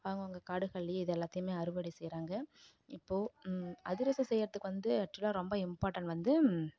அவங்கவங்க காடுகள்லேயே இது எல்லாத்தையும் அறுவடை செய்கிறாங்க இப்போ அதிரசம் செய்கிறத்துக்கு வந்து ஆக்சுவலாக ரொம்ப இம்பார்ட்டண்ட் வந்து